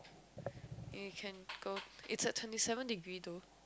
you can go it's at twenty seven degree though